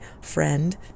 friend